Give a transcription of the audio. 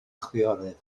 chwiorydd